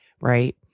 Right